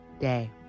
day